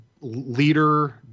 Leader